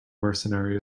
mercenary